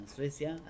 Suecia